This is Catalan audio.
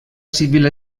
civil